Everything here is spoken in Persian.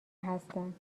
هستند